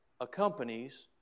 accompanies